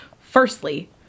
firstly